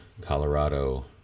Colorado